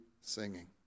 singing